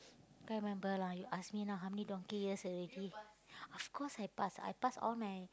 can't remember lah you ask me now how many donkey years already of course I pass I pass all my